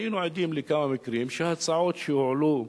היינו עדים לכמה מקרים שהצעות שהועלו,